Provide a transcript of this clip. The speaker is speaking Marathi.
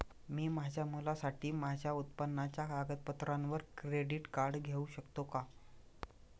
मी माझ्या मुलासाठी माझ्या उत्पन्नाच्या कागदपत्रांवर क्रेडिट कार्ड घेऊ शकतो का?